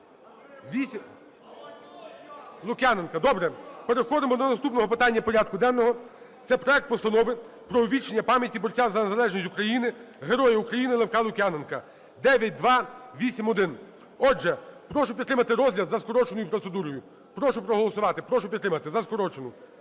Добре, переходимо до наступного питання денного. Це проект Постанови про увічнення пам'яті борця за незалежність України, Героя України Левка Лук'яненка (9281). Отже, прошу підтримати розгляд за скороченою процедурою. Прошу проголосувати. Прошу підтримати за скорочену.